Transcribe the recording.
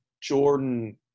Jordan